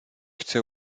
chce